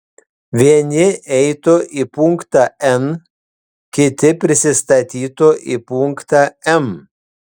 vieni eitų į punktą n kiti prisistatytų į punktą m